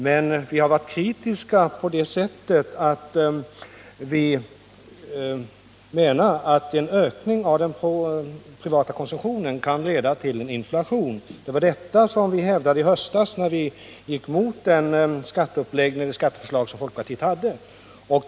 Men vi har varit kritiska på det sättet att vi menar att en ökning av den privata konsumtionen kan leda till en inflation. Det var detta vi hävdade i höstas när vi gick mot det skatteförslag folkpartiet lade fram.